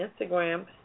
Instagram